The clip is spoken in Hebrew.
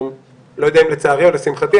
לא יודע אם לצערי או לשמחתי,